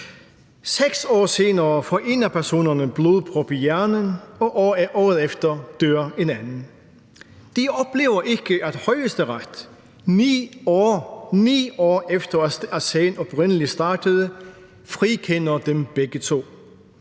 6 år senere får en af personerne blodprop i hjernen, og året efter dør en anden. De oplever ikke, at Højesteret – 9 år efter sagen oprindelig startede – frikender dem begge to.